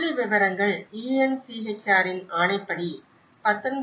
புள்ளிவிவரங்கள் UNHCRஇன் ஆணைப்படி 19